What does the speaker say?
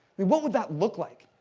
what would that look like?